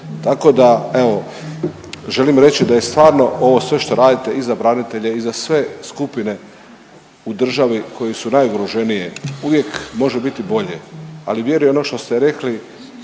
tako da evo želim reći da je stvarno ovo sve što radite i za branitelje i za sve skupine u državi koje su najugroženije uvijek može biti bolje. Ali vjerujem ono što ste rekli